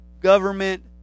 government